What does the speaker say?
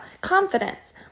confidence